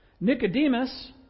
Nicodemus